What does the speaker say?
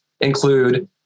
include